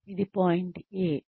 ఇది point A